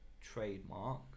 trademark